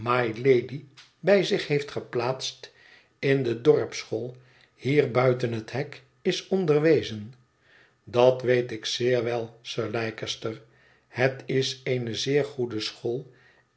bij zich heeft geplaatst in de dorpsschool hier buiten het hek is onderwezen dat weet ik zeer wel sir leicester het is eene zeer goede school